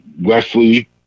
Wesley